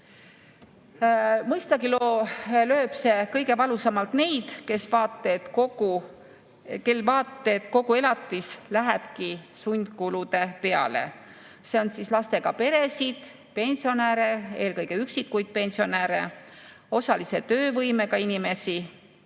Mõistagi lööb see kõige valusamalt neid, kel vaat et kogu elatis lähebki sundkulude peale – lastega peresid, pensionäre, eelkõige üksikuid pensionäre, osalise töövõimega inimesi.